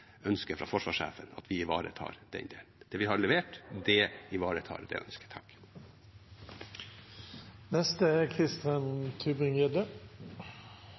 fra forsvarssjefen at vi ivaretar dette. Det vi har levert, ivaretar det ønsket. Jeg har lyst til å minne statsråden på at det er